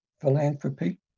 philanthropy